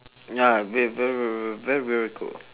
ya ve~ ver~ very very cold